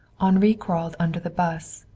henri crawled under the bus,